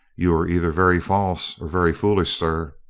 you are either very false or very foolish, sir.